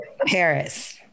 Paris